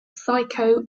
psycho